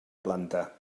planta